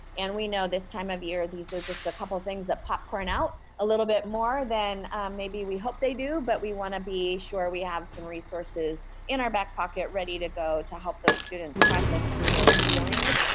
and we know this time of year, these are just a couple things that popcorn out a little bit more than maybe we hope they do, but we want to be sure we have some resources in our back pocket ready to go to help those students process through those feelings.